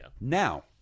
now